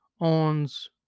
owns